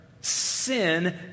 sin